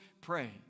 pray